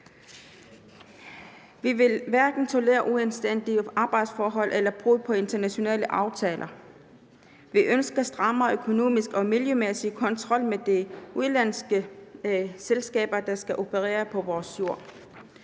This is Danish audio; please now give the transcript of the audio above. Vi vil hverken tolerere uanstændige arbejdsforhold eller brud på internationale aftaler. Vi ønsker strammere økonomisk og miljømæssig kontrol med de udenlandske selskaber, der skal operere på vores jord.